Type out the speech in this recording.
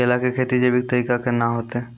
केला की खेती जैविक तरीका के ना होते?